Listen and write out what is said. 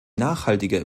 nachhaltige